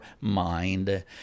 mind